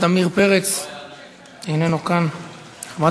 מכתבים מעורכי-דין על הפגיעה האנושה